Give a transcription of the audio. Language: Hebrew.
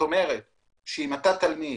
אם אתה תלמיד,